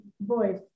voice